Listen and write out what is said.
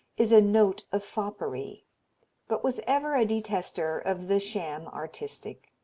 is a note of foppery but was ever a detester of the sham-artistic.